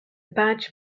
badge